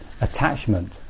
attachment